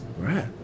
Right